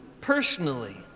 personally